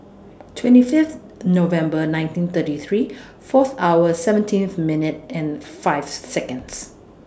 twenty Fifth November nineteen thirty three Fourth hour seventeen minute five Seconds